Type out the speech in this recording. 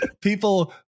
people